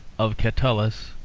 of catullus,